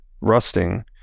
rusting